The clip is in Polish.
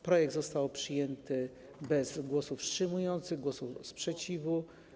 Projekt został przyjęty bez głosów wstrzymujących się i głosów sprzeciwu.